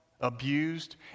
abused